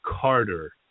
Carter